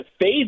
fade